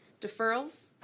deferrals